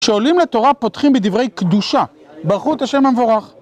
כשעולים לתורה פותחים בדברי קדושה, ברכו את השם המבורך.